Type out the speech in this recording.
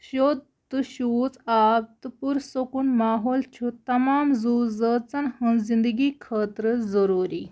شیٚود تہٕ شوٗژ آب تہٕ پُرسکوٗن ماحول چھُ تمام زُو زٲژَن ہنٛز زندگی خٲطرٕ ضروٗری